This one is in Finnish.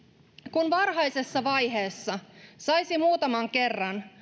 kun varhaisessa vaiheessa saisi muutaman kerran